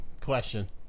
Question